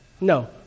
No